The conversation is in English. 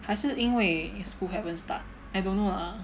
还是因为 school haven't start I don't know lah